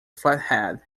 flathead